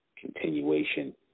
continuation